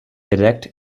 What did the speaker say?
erect